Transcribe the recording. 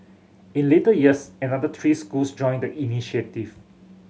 in later years another three schools joined the initiative